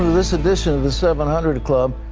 this edition of the seven hundred club.